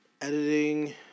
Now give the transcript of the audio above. editing